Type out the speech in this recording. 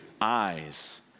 eyes